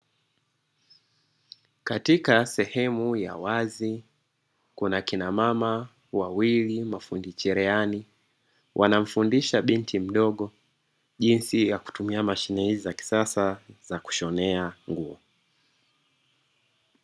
Katika sehemu ya wazi, kuna kina mama wawili mafundi cherehani, wanamfundisha binti mdogo jinsi ya kutumia mashine hizi za kisasa za kushonea nguo.